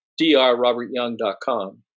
drrobertyoung.com